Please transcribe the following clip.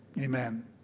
amen